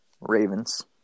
Ravens